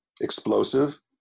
explosive